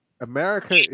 America